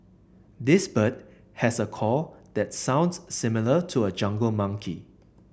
this bird has a call that sounds similar to a jungle monkey